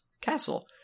castle